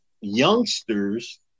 youngsters